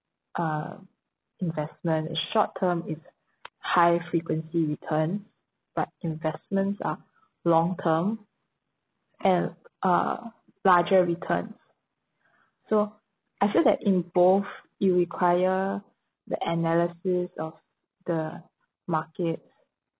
uh investment if short term is high frequency return but investments are long term and uh larger return so I feel that in both it require the analysis of the market